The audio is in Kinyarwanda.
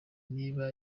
niba